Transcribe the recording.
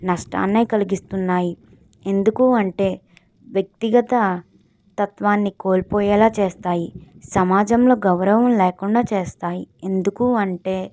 నష్టాన్ని కలిగిస్తున్నాయి ఎందుకంటే వ్యక్తిగత తత్వాన్ని కోల్పోయేలాగా చేస్తాయి సమాజంలో గౌరవం లేకుండా చేస్తాయి ఎందుకంటే